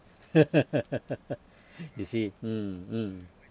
you see mm mm